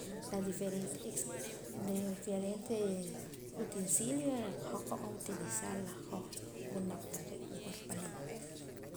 La diferente utensilio la hoj nqab'an utilizar la hoj winaq taqee' yahwur palín.